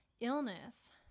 illness